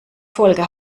folge